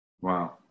Wow